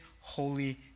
holy